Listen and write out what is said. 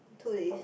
two days